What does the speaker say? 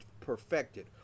perfected